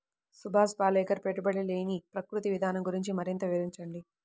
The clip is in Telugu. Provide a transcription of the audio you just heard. సుభాష్ పాలేకర్ పెట్టుబడి లేని ప్రకృతి విధానం గురించి మరింత వివరించండి